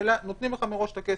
אלא נותנים לך מראש את הכסף.